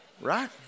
Right